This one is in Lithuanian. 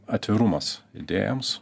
atvirumas idėjoms